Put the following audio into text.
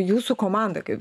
jūsų komanda kaip